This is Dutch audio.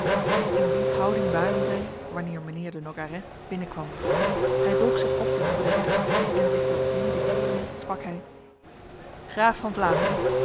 in die houding waren zij wanneer mijnheer de nogaret binnenkwam hij boog zich hoffelijk voor de ridders en zich tot gwyde kerende sprak hij graaf van vlaanderen